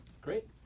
Great